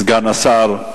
סגן השר,